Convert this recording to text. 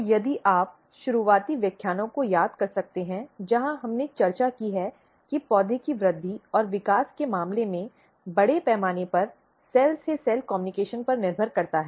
तो यदि आप शुरुआती व्याख्यानों को याद कर सकते हैं जहां हमने चर्चा की है कि पौधे की वृद्धि और विकास के मामले में बड़े पैमाने पर सेल से सेल कम्युनिकेशन पर निर्भर करता है